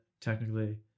technically